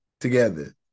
together